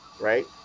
right